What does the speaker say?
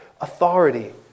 authority